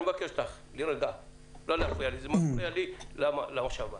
תיאום ציפיות